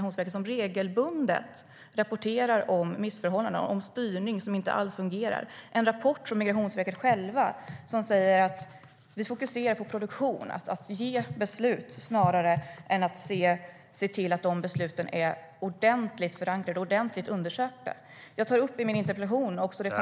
Det är medarbetare som regelbundet rapporterar om missförhållandena och om styrning som inte alls fungerar.